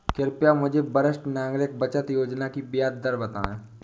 कृपया मुझे वरिष्ठ नागरिक बचत योजना की ब्याज दर बताएं?